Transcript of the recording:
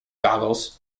goggles